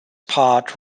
part